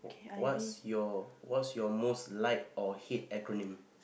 what's your what's your most like or hit acronym